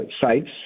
sites